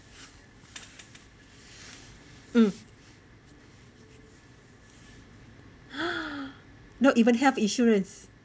um no even health insurance